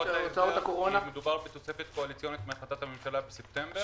מדובר בתוספת קואליציונית מהחלטת הממשלה בספטמבר,